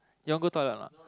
you want go toilet or not